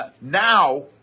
Now